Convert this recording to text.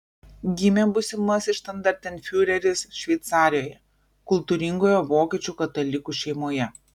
gimė būsimasis štandartenfiureris šveicarijoje kultūringoje vokiečių katalikų šeimoje